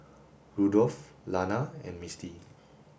Rudolph Lana and Misti